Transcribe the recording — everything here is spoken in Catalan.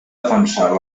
defensar